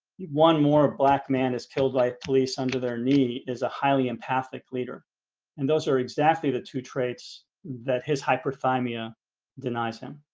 one more black man is killed by like police under their knee is a highly empathic leader and those are exactly the two traits that his hyperthermia denies him